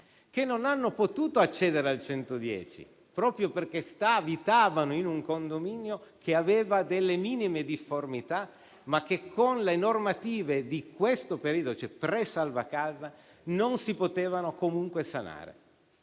che non hanno potuto accedere a quel beneficio proprio perché abitavano in un condominio che aveva delle minime difformità, ma che con le normative di questo periodo, cioè precedenti al decreto-legge salva casa, non si potevano comunque sanare.